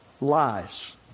lies